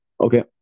okay